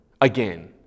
again